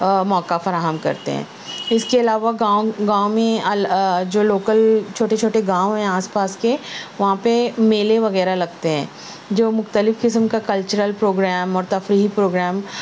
موقع فراہم کرتے ہیں اس کے علاوہ گاؤں گاؤں میں جو لوکل چھوٹے چھوٹے گاؤں ہیں آس پاس کے وہاں پہ میلے وغیرہ لگتے ہیں جو مختلف قسم کا کلچرل پروگرام اور تفریحی پروگرام